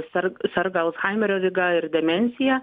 serga serga alzhaimerio liga ir demencija